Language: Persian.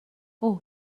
اوه